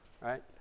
Right